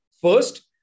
first